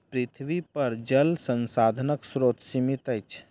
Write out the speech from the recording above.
पृथ्वीपर जल संसाधनक स्रोत सीमित अछि